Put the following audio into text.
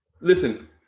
Listen